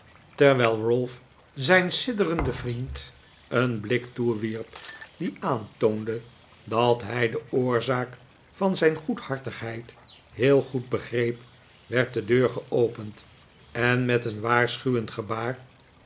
terwijl ralph zijn sidderenden vriend een blik toewierp die aantoonde dat hij de oorzaak van zijn goedhartigheid heel goed begreep werd de deur geopend en met een waarschuwend gebaar